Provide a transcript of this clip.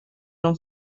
non